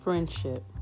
friendship